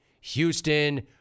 Houston